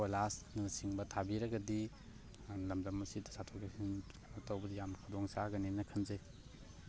ꯀꯣꯏꯂꯥꯁꯅ ꯆꯤꯡꯕ ꯊꯥꯕꯤꯔꯒꯗꯤ ꯂꯝꯗꯝ ꯑꯁꯤꯗ ꯆꯠꯊꯣꯛ ꯆꯁꯤꯟ ꯀꯩꯅꯣ ꯇꯧꯕꯗ ꯌꯥꯝ ꯈꯨꯗꯣꯡ ꯆꯥꯒꯅꯤꯅ ꯈꯟꯖꯩ